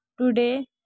Today